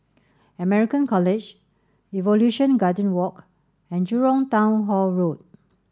American College Evolution Garden Walk and Jurong Town Hall Road